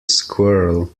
squirrel